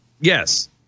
yes